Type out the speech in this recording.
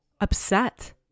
upset